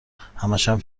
همشم